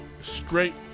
straight